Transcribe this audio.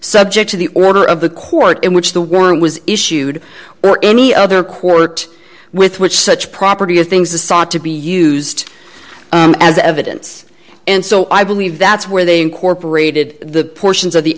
subject to the order of the court in which the warrant was issued or any other court with which such property of things the sought to be used as evidence and so i believe that's where they incorporated the portions of the